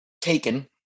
taken